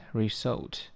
result